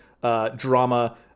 drama